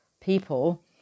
people